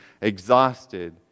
exhausted